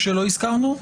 הזכרנו?